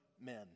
men